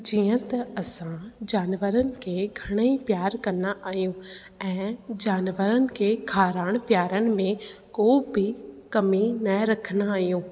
जीअं त असां जानवरनि खे घणेई प्यारु कंदा आहियूं ऐं जानवरनि खे खाराइणु पीआरण में को बि कमी न रखंदा आहियूं